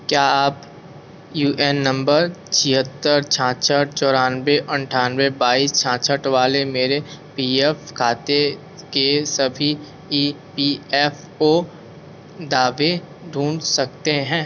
क्या आप U N number छिहत्तर छियासठ चौरानवे अट्ठानवे बाईस छियासठ वाले मेरे पी एफ़ खाते के सभी ई पी एफ़ ओ दावे ढूँढ सकते हैं